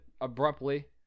abruptly